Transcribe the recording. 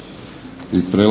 Hvala vam